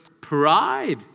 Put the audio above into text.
pride